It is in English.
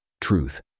Truth